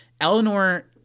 Eleanor –